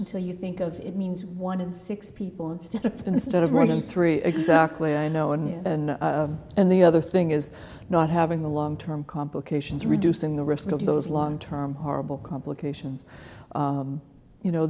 until you think of it means one in six people and instead of running three exactly i know one and the other thing is not having the long term complications reducing the risk of those long term horrible complications you know